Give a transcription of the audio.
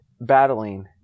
battling